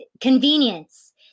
convenience